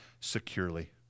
securely